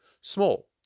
Small